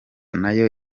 nayo